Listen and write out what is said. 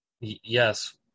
Yes